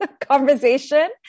conversation